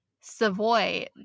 Savoy